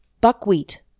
Buckwheat